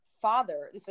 father